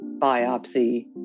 biopsy